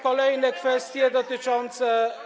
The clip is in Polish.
Kolejne kwestie dotyczące.